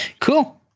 Cool